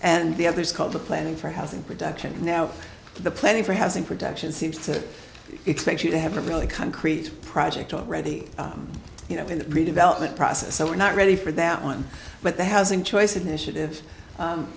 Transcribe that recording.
and the other is called the planning for housing production now the planning for has in production seems to expect you to have a really concrete project already in the redevelopment process so we're not ready for that one but the housing choice initiative